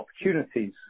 opportunities